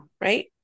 Right